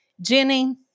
Jenny